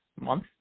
month